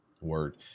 Word